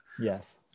Yes